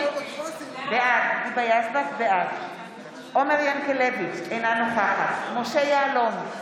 בעד עומר ינקלביץ' אינה נוכחת משה יעלון,